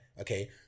Okay